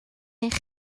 eich